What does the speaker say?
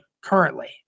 currently